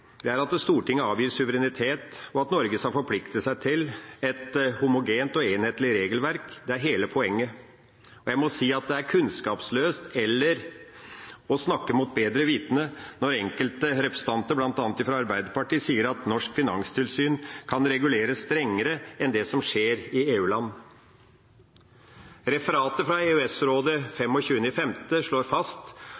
saken er at Stortinget avgir suverenitet, og at Norge skal forplikte seg til et homogent og enhetlig regelverk. Det er hele poenget. Jeg må si at det er kunnskapsløst, eller å snakke mot bedre vitende, når enkelte representanter, bl.a. fra Arbeiderpartiet, sier at norsk finanstilsyn kan reguleres strengere enn det som skjer i EU-land. Referatet fra